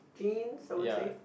jeans I would say